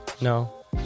No